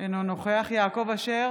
אינו נוכח יעקב אשר,